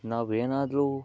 ನಾವು ಏನಾದರೂ